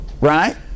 Right